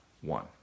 One